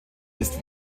ist